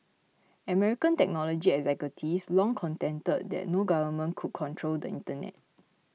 American technology executives long contended that no government could control the internet